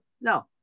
No